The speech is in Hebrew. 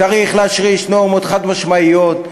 צריך להשריש נורמות חד-משמעיות,